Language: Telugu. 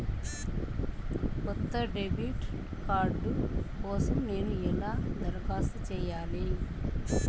కొత్త డెబిట్ కార్డ్ కోసం నేను ఎలా దరఖాస్తు చేయాలి?